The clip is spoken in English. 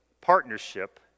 partnership